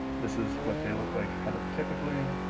this is what they look like kind of typically.